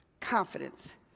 confidence